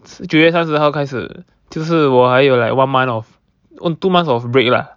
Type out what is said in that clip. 九月三十号开始就是我还有 like one month of oh two months of break lah